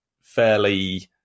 fairly